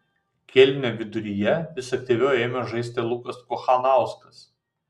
kėlinio viduryje vis aktyviau ėmė žaisti lukas kochanauskas